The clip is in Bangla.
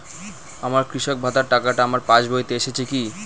আমার কৃষক ভাতার টাকাটা আমার পাসবইতে এসেছে কি?